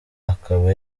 akaba